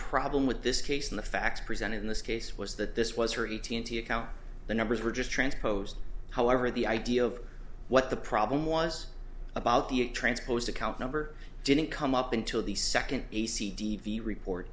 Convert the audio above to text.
problem with this case and the facts presented in this case was that this was her e t a into account the numbers were just transposed however the idea of what the problem was about the transposed account number didn't come up until the second p c d v report